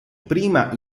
prima